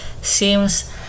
seems